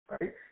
right